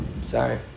Sorry